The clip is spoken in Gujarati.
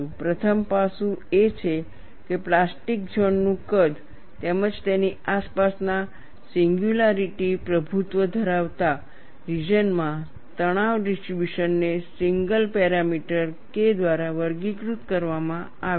પ્રથમ પાસું એ છે કે પ્લાસ્ટિક ઝોન નું કદ તેમજ તેની આસપાસના સિંગયુલારિટી પ્રભુત્વ ધરાવતા રિજનમાં તણાવ ડિસ્ટ્રિબ્યુશનને સિંગલ પેરામીટર K દ્વારા વર્ગીકૃત કરવામાં આવે છે